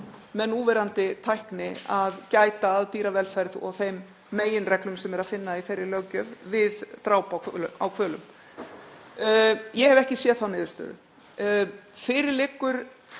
með núverandi tækni að gæta að dýravelferð og þeim meginreglum sem er að finna í þeirri löggjöf við dráp á hvölum. Ég hef ekki séð þá niðurstöðu. Fyrir liggur